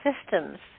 systems